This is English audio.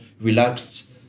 relaxed